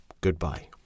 goodbye